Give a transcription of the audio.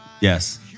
Yes